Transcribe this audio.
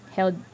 Held